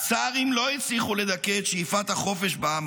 הצארים לא הצליחו לדכא את שאיפת החופש בעם